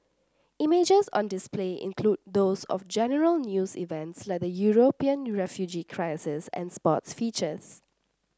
images on display include those of general news events like the European refugee crisis and sports features